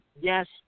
yes